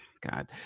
God